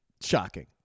Shocking